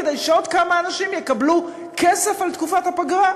כדי שעוד כמה אנשים יקבלו כסף על תקופת הפגרה.